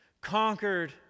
conquered